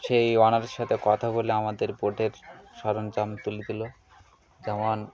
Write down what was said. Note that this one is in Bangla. সেই ওনার সাথে কথা বলে আমাদের বোটের সরঞ্জাম তুলে দিলো যেমন